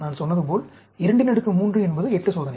நான் சொன்னது போல் 23 என்பது 8 சோதனை